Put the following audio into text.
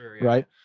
right